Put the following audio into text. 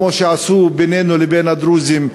כמו שעשו בינינו לבין הדרוזים,